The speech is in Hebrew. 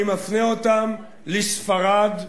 אני מפנה אותם לספרד,